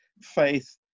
faith